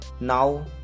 now